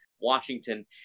Washington